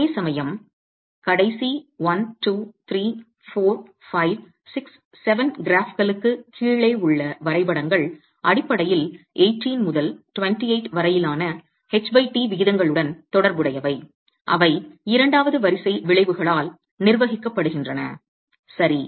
அதேசமயம் கடைசி 1 2 3 4 5 6 7 கிராஃப்களுக்குக் கீழே உள்ள வரைபடங்கள் அடிப்படையில் 18 முதல் 28 வரையிலான ht விகிதங்களுடன் தொடர்புடையவை அவை இரண்டாவது வரிசை விளைவுகளால் நிர்வகிக்கப்படுகின்றன சரி